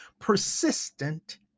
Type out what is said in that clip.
persistent